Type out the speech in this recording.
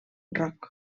rock